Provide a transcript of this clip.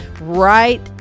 right